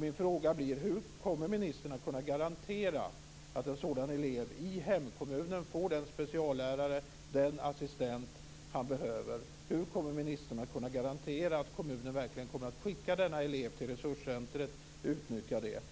Min fråga blir: Hur kommer ministern att kunna garantera att en sådan elev i hemkommunen får den speciallärare och den assistent han behöver? Hur kommer ministern att kunna garantera att kommunen verkligen kommer att skicka denna elev till resurscentret och utnyttja det?